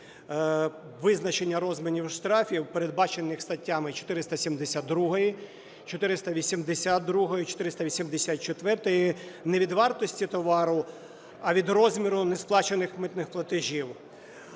визначення розмірів штрафів, передбачених статтями 472, 482, 484, не від вартості товару, а від розміру несплачених митних платежів,